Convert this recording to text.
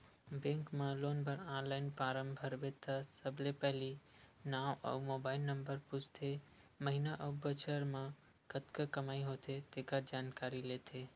bank म loan बर online form भरबे त सबले पहिली नांव अउ मोबाईल नंबर पूछथे, महिना अउ बछर म कतका कमई होथे तेखर जानकारी लेथे